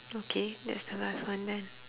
okay that's the last one then